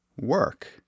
work